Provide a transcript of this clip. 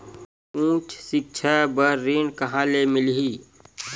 उच्च सिक्छा बर ऋण कहां ले मिलही?